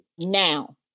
now